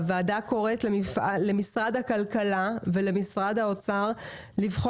הוועדה קוראת למשרד הכלכלה ולמשרד האוצר לבחון